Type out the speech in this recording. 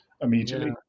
immediately